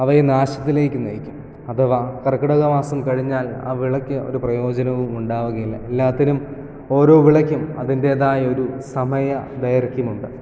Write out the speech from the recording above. അവയെ നാശത്തിലേക്ക് നയിക്കും അഥവാ കർക്കിടകമാസം കഴിഞ്ഞാൽ ആ വിളക്ക് ഒരു പ്രയോജനവും ഉണ്ടാവുകയില്ല എല്ലാത്തിനും ഓരോ വിളയ്ക്കും അതിൻ്റെതായ ഒരു സമയ ദൈർഘ്യം ഉണ്ട്